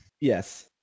Yes